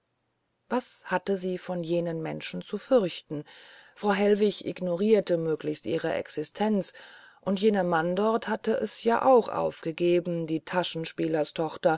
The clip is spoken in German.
was hatte sie von jenen menschen zu fürchten frau hellwig ignorierte möglichst ihre existenz und jener mann dort hatte es ja auch aufgegeben die